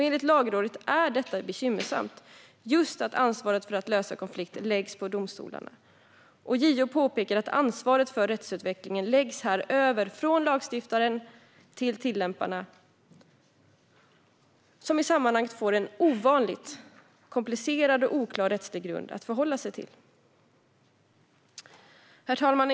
Enligt Lagrådet är det bekymmersamt just att ansvaret för att lösa eventuella normkonflikter läggs på domstolarna, och JO påpekar att ansvaret för rättsutvecklingen här läggs över från lagstiftaren till tillämparna, som i sammanhanget får en ovanligt komplicerad och oklar rättslig grund att förhålla sig till. Herr talman!